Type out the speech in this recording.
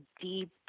deep